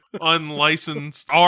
unlicensed